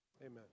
amen